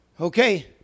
Okay